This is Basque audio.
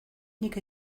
nik